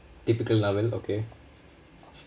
typical hour okay